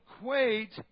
equate